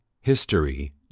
history